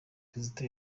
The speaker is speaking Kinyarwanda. kizito